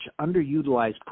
underutilized